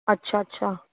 अच्छा अच्छा